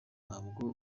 ntabwo